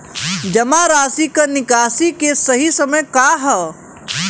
जमा राशि क निकासी के सही समय का ह?